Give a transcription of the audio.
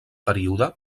període